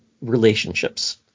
relationships